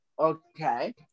okay